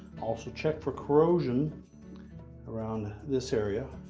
also, check for corrosion around this area.